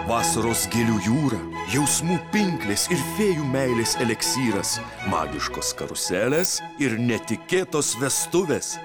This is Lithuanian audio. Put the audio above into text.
vasaros gėlių jūra jausmų pinklės ir fėjų meilės eliksyras magiškos karuselės ir netikėtos vestuvės